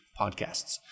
podcasts